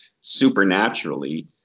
supernaturally